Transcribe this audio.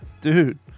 Dude